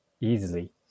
easily